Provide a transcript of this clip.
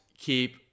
keep